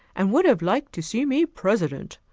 and would have liked to see me president.